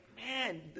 man